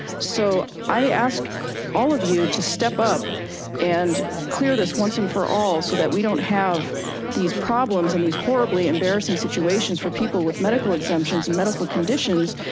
so i ask all of you to step up and clear this once and for all so that we don't have these problems and these horribly embarrassing situations for people with medical exemptions and medical conditions.